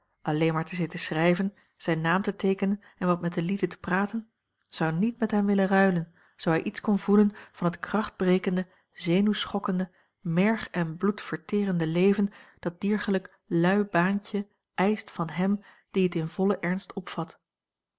alleen maar te zitten schrijven zijn naam te teekenen en wat met de lieden te praten zou niet met hem willen ruilen zoo hij iets kon voelen van het krachtbrekende zenuwschokkende merg en bloed verterende leven dat diergelijk lui baantje eischt van hem die het in vollen ernst opvat